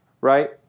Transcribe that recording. Right